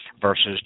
versus